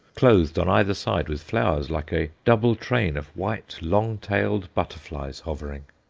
clothed on either side with flowers like a double train of white long-tailed butterflies hovering!